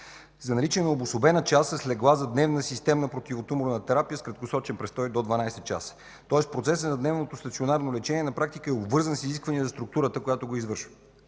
за наличие на обособена част с легла за дневна система „противотуморна терапия” с краткосрочен престой до 12 часа. Тоест процесът на дневното стационарно лечение на практика е обвързан с изисквания за структурата, която го извършва.